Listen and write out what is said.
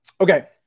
Okay